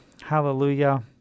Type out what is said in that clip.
hallelujah